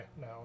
now